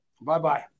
Bye-bye